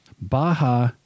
Baja